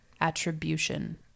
attribution